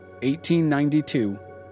1892